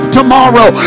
tomorrow